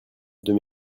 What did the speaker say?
deux